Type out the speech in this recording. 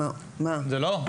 זה לא.